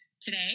Today